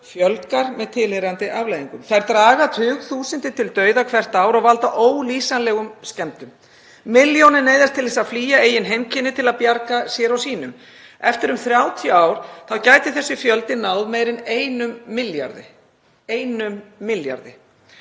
fjölgar með tilheyrandi afleiðingum. Þær draga tugþúsundir til dauða hvert ár og valda ólýsanlegum skemmdum. Milljónir neyðast til að flýja eigin heimkynni til að bjarga sér og sínum. Eftir um 30 ár gæti þessi fjöldi náð meira en 1 milljarði — 1 milljarði.